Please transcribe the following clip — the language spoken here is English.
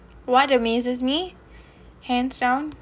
what amazes me hands down